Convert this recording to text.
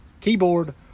Keyboard